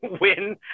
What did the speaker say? win